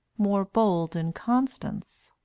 more bold in constance'